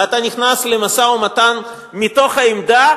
ואתה נכנס למשא-ומתן מתוך העמדה,